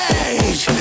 age